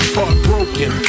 Heartbroken